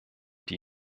die